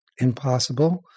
impossible